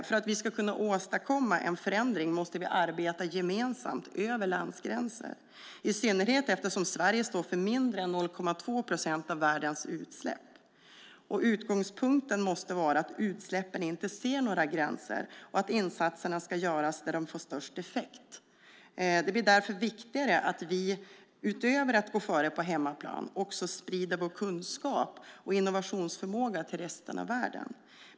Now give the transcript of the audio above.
För att vi ska kunna åstadkomma en förändring måste vi arbeta gemensamt över landgränserna, i synnerhet eftersom Sverige står för mindre än 0,2 procent av världens utsläpp. Utgångspunkten måste vara att utsläppen inte ser några gränser och att insatserna ska göras där de får störst effekt. Det blir därför viktigare att vi, utöver att gå före på hemmaplan, också sprider vår kunskap och innovationsförmåga till resten av världen.